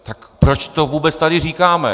Tak proč to vůbec tady říkáme?